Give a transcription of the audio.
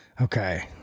Okay